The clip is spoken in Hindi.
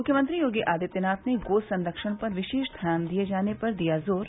मुख्यमंत्री योगी आदित्यनाथ ने गो संरक्षण पर विशेष ध्यान दिए जाने पर दिया जोर